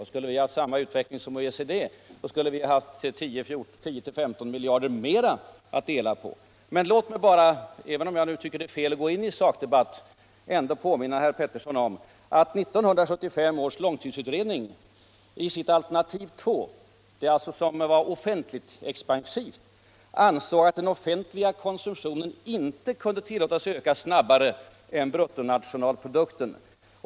Hade vi haft samma utveckling som OECD, skulle vi ha haft 10-15 miljarder mer att dela på. Men låt mig — även om jag tycker att det är fel att nu gå in i en sakdebatt — ändå påminna herr Peterson om att 1975 års långtidsutredning i sitt alternativ II, alltså det som var offentligt-expansivt, ansåg att den offentliga konsumtionen inte kunde tillåtas öka snabbare än bruttonationalprodukten.